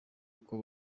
uko